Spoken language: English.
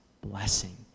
blessing